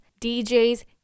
DJs